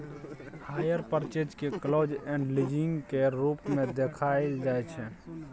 hire purchase केँ close end leasing केर रूप मे देखाएल जाइ छै